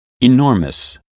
Enormous